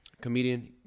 Comedian